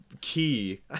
key